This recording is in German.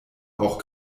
auch